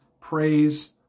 praise